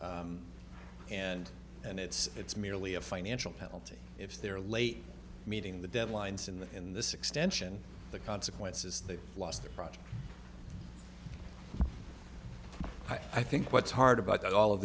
and and it's it's merely a financial penalty if they're late meeting the deadlines and in this extension the consequences the last project i think what's hard about all of